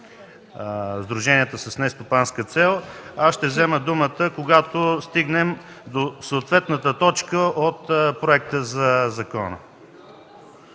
сдруженията с нестопанска цел ще взема думата, когато стигнем до съответната точка от проекта за закон.